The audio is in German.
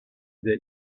der